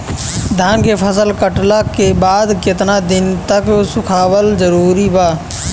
धान के फसल कटला के बाद केतना दिन तक सुखावल जरूरी बा?